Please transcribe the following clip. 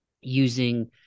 using